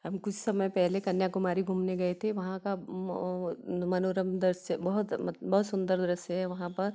अभी कुछ समय पहले कन्याकुमारी घूमने गए थे वहाँ का मनोरम दृश्य बहुत मत बहुत सुंदर दृश्य है वहाँ पर